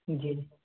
جی